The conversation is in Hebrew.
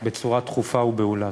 בצורה דחופה ובהולה.